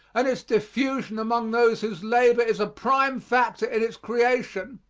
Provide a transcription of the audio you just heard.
and its diffusion among those whose labor is a prime factor in its creation,